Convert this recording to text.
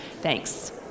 Thanks